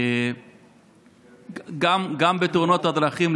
גם בתאונות הדרכים,